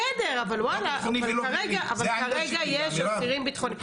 בסדר, אבל כרגע יש אסירים ביטחוניים.